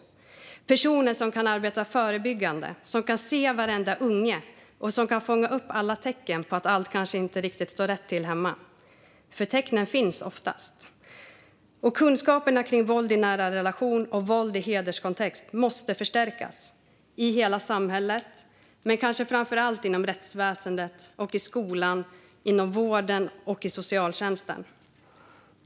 Det är personer som kan arbeta förebyggande, se varenda unge och fånga upp alla tecken på att allt kanske inte står riktigt rätt till hemma - för tecknen finns oftast. Kunskaperna om våld i nära relation och våld i hederskontext måste förstärkas i hela samhället men kanske framför allt inom rättsväsendet, i skolan, inom vården och i socialtjänsten.